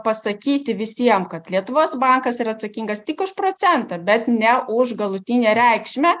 pasakyti visiem kad lietuvos bankas yra atsakingas tik už procentą bet ne už galutinę reikšmę